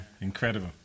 incredible